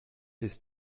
his